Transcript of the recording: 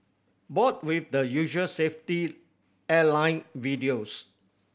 bored with the usual safety airline videos